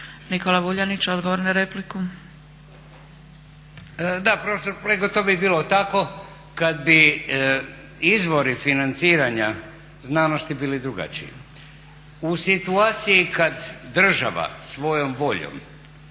Nikola (Nezavisni)** Da prof. Flego, to bi bilo tako kada bi izvori financiranja znanosti bili drugačiji. U situaciji kada država svojom voljom